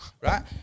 right